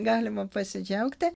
galima pasidžiaugti